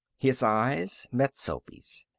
his eyes met sophy's.